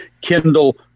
Kindle